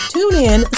TuneIn